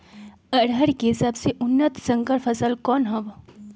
अरहर के सबसे उन्नत संकर फसल कौन हव?